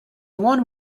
one